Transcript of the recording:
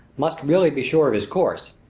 must really be sure of his course,